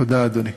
תודה, אדוני.